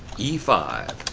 e five